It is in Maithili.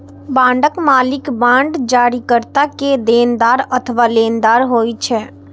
बांडक मालिक बांड जारीकर्ता के देनदार अथवा लेनदार होइ छै